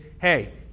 hey